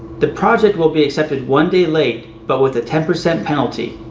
the projects will be accepted one day late, but with a ten percent penalty.